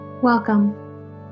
Welcome